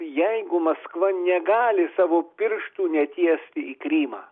jeigu maskva negali savo pirštų netiesti į krymą